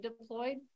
deployed